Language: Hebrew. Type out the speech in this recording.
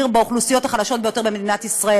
באוכלוסיות החלשות ביותר במדינת ישראל.